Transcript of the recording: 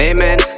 Amen